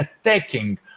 attacking